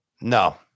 No